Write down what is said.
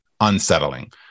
unsettling